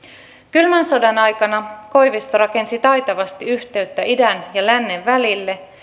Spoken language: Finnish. kylmän sodan aikana koivisto rakensi taitavasti yhteyttä idän ja lännen välille